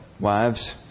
wives